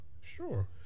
sure